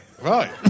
Right